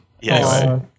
Yes